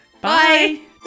Bye